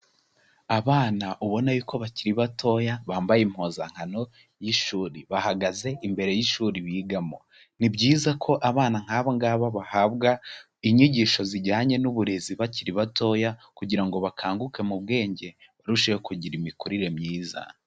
Abana ubona ko bakiri batoya bambaye impuzankano y'ishuri, bahagaze imbere y'ishuri bigamo, ni byiza ko abana nk'aba ngaba bahabwa inyigisho zijyanye n'uburezi bakiri batoya kugira ngo bakanguke mu bwenge, barusheho kugira imikurire myiza.